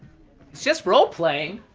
just rollplaying!